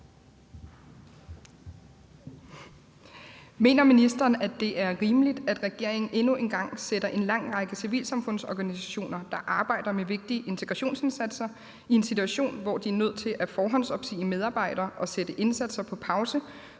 Mener ministeren, at det er rimeligt, at regeringen endnu en gang sætter en lang række civilsamfundsorganisationer, der arbejder med vigtige integrationsindsatser, i en situation, hvor de er nødt til at forhåndsopsige medarbejdere og sætte indsatser på pause,